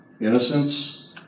Innocence